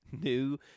new